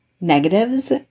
Negatives